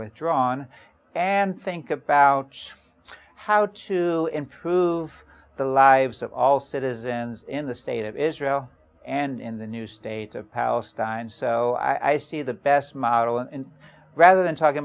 withdrawn and think about how to improve the lives of all citizens in the state of israel and in the new state of palestine so i see the best model in rather than talking